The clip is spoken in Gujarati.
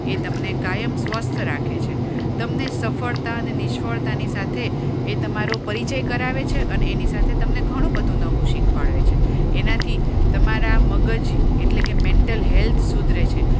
એ તમને કાયમ સ્વસ્થ રાખે છે તમને સફળતા અને નિષ્ફળતાની સાથે એ તમારો પરિચય કરાવે છે અને એની સાથે તમને ઘણું બધુ નવું શિખવાડે છે એનાથી તમારા મગજ એટલે કે મેન્ટલ હેલ્થ સુધરે છે